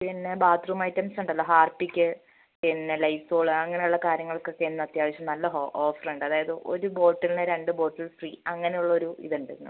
പിന്നെ bathroom items ഉണ്ടല്ലോ Harpic പിന്നെ ലൈസോൾ അങ്ങനെയുള്ള കാര്യങ്ങൾക്കൊക്കെ ഇന്ന് അത്യാവശ്യം നല്ല ഹോ ഓഫർ ഉണ്ട് അതായത് ഒരു ബോട്ടിലിന് രണ്ട് ബോട്ടിൽ ഫ്രീ അങ്ങനെ ഉള്ളൊരു ഇതുണ്ട് ഇന്ന്